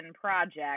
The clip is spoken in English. project